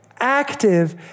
active